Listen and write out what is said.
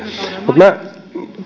mutta